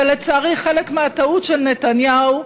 ולצערי חלק מהטעות של נתניהו,